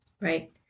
Right